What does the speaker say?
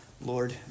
Lord